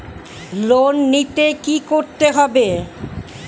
Loan নিতে কী করতে হবে?